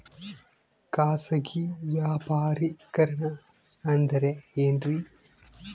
ಖಾಸಗಿ ವ್ಯಾಪಾರಿಕರಣ ಅಂದರೆ ಏನ್ರಿ?